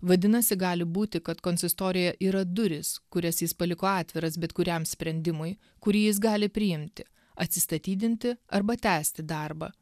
vadinasi gali būti kad konsistorija yra durys kurias jis paliko atviras bet kuriam sprendimui kurį jis gali priimti atsistatydinti arba tęsti darbą